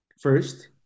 first